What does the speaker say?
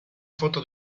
foto